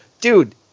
dude